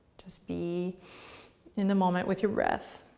just be in the moment with your breath.